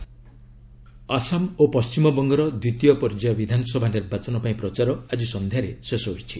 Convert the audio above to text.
election Assam ଓ ପଶ୍ଚିମବଙ୍ଗର ଦ୍ୱିତୀୟ ପର୍ଯ୍ୟାୟ ବିଧାନସଭା ନିର୍ବାଚନ ପାଇଁ ପ୍ରଚାର ଆଜି ସନ୍ଧ୍ୟାରେ ଶେଷ ହୋଇଛି